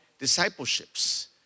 discipleships